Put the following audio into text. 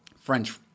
French